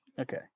Okay